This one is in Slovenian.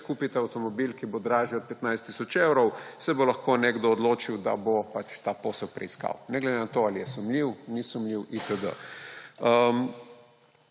Če kupite avtomobil, ki bo dražji od 15 tisoč evrov, se bo lahko nekdo odločil, da bo pač ta posel preiskal ne glede na to, ali je sumljiv, ni sumljiv in